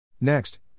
Next